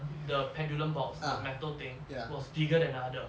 one of the the pendulum box the metal thing was bigger than the other